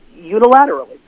unilaterally